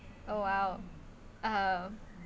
oh !wow! uh